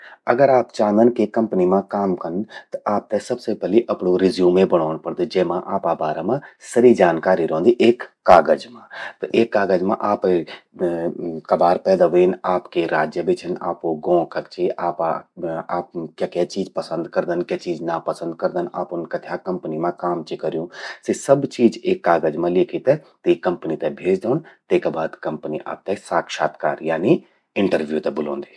अगर आप चांदन के कंपनी मां काम कन, त आपते सबसे पलि अपणू रिज्यूमे बणौण पड़द। जेमा आपा बारा मां सरि जानकारी रौंदि एक कागज मां। त एक कागज मां आपे आप कबार पैदा व्हेन, आप के राज्य बे छिन, आपो गौं कख चि, आपा आप क्या क्ये चीज पसंद करदन, क्या चीज नापसंद करदन, कथ्या कंपनी मां काम चि कर्यूं। सि सब चीज एक कागज मां ल्येखी ते तीं कंपनी ते भ्येज द्योण। तेका बाद कंपनी आपते साक्षात्कार यानी इंटरव्यू ते बुलौंदि।